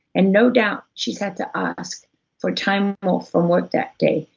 and no doubt she's had to ask for time off from work that day,